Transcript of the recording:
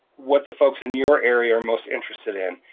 what the folks in your area are most interested in.